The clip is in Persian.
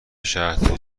شهرداری